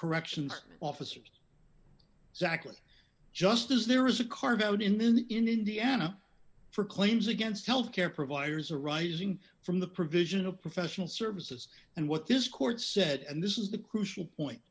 corrections officers exactly just as there is a carve out in the in indiana for claims against health care providers arising from the provision of professional services and what this court said and this is the crucial point